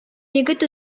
егет